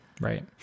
Right